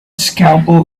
scalpel